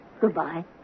Goodbye